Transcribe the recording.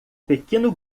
pequeno